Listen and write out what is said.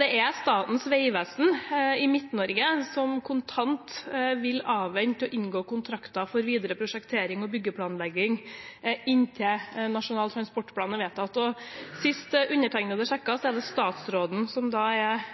Det er Statens vegvesen i Midt-Norge som kontant vil avvente å inngå kontrakter for videre prosjektering og byggeplanlegging inntil Nasjonal transportplan er vedtatt. Og sist undertegnede sjekket, er det statsråden som er